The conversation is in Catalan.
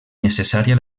necessària